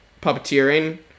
puppeteering